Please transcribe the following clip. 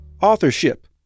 Authorship